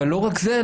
אבל לא רק זה,